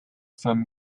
from